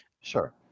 Sure